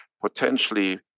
potentially